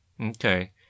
okay